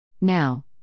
Now